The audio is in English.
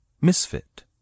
Misfit